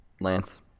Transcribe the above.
Lance